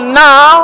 now